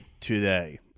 today